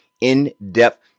in-depth